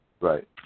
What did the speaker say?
Right